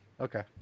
Okay